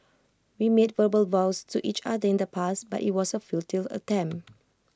we made verbal vows to each other in the past but IT was A futile attempt